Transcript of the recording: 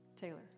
Taylor